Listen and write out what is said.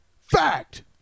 Fact